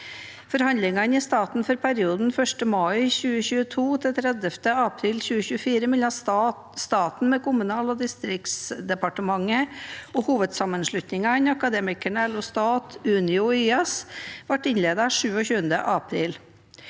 Forhandlingene i staten for perioden 1. mai 2022 til 30. april 2024 mellom staten ved Kommunal- og distriktsdepartementet og hovedsammenslutningene Akademikerne, LO Stat, Unio og YS ble innledet 27. april